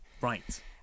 Right